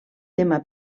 tema